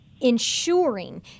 ensuring